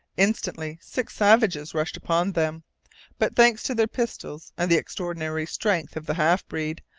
instantly, six savages rushed upon them but, thanks to their pistols, and the extraordinary strength of the half-breed,